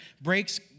breaks